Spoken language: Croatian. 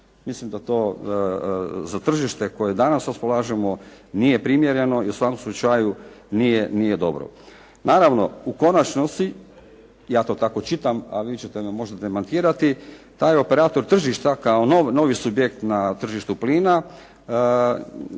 Mislim da to za tržište koje danas raspolažemo nije primjereno i u svakom slučaju nije dobro. Naravno u konačnosti ja to tako čitam, a vi ćete me možda demantirati, taj operator tržišta kao novi subjekt na tržištu plina